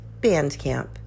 Bandcamp